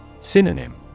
Synonym